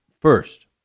first